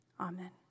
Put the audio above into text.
Amen